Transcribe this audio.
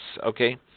okay